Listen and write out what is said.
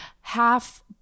half